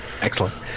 Excellent